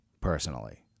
personally